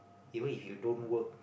even if you don't work